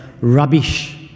rubbish